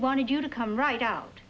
wanted you to come right out